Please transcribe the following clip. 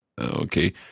Okay